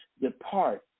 depart